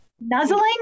Nuzzling